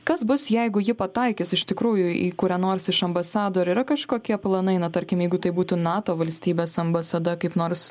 kas bus jeigu ji pataikys iš tikrųjų į kurią nors iš ambasadorių yra kažkokie planai na tarkim jeigu tai būtų nato valstybės ambasada kaip nors